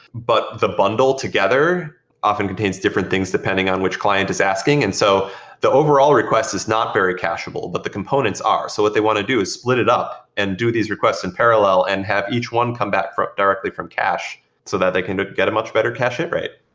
but the bundle together often contains different things depending on which client is asking. and so the overall request is not very cacheable, but the components are. so what they want to do is split it up and do these requests in parallel and have each one come back directly from cache so that they can get a much better cache hit rate.